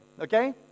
Okay